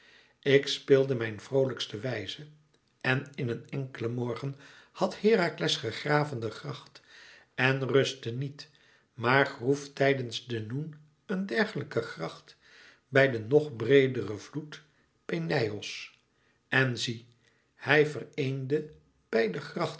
ik speelde mijn vroolijkste wijze en in een enkelen morgen had herakles gegraven den gracht en rustte niet maar groef tijdens den noen een dergelijken gracht bij den nog breederen vloed peneios en zie hij vereende beide